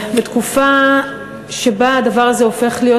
בתקופה שבה הדבר הזה הופך להיות,